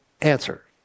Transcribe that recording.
answer